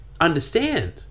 understand